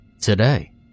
Today